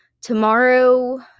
Tomorrow